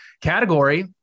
category